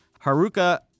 Haruka